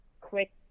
quick